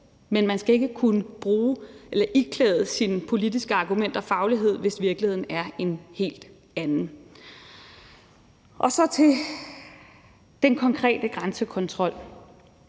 men man skal ikke kunne iklæde sine politiske argumenter faglighed, hvis virkeligheden er en helt anden. Så til den konkrete grænsekontrol.